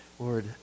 Lord